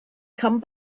come